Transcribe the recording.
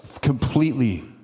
completely